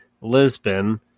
Lisbon